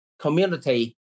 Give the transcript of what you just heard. community